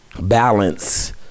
balance